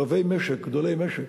רבי-משק, גדולי משק,